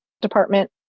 department